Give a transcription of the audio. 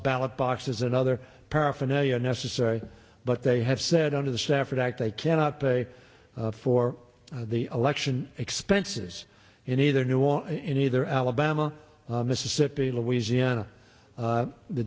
ballot boxes and other paraphernalia necessary but they have said no to the sanford act they cannot pay for the election expenses in either new or in either alabama mississippi louisiana